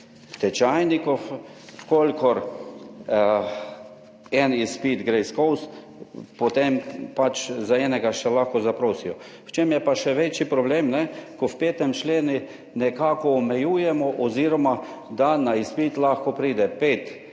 tečajnikov, v kolikor en izpit gre skoz, potem pač za enega še lahko zaprosijo. V čem je pa še večji problem? Ko v 5. členu nekako omejujemo oziroma da na izpit lahko pride 5,